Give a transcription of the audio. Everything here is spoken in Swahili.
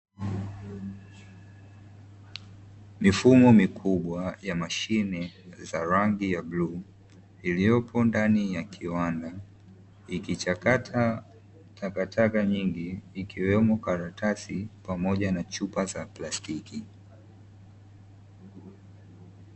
Mifumo mikubwa ya mashine za rangi ya bluu iliyopo ndani ya kiwanda ikichakata takataka nyingi ikiwemo karatasi pamoja na chupa za plastiki.